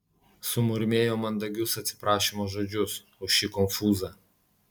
sumurmėjo mandagius atsiprašymo žodžius už šį konfūzą